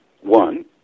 One